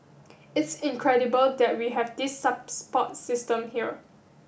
it's incredible that we have this support system here